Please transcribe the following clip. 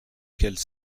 quels